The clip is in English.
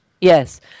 Yes